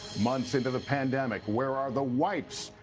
months into the pandemic, where are the wipes?